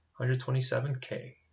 127K